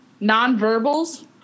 nonverbals